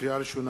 לקריאה ראשונה,